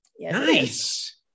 Nice